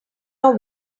your